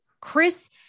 Chris